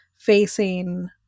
facing